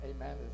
amen